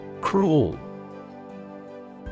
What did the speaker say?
Cruel